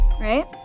Right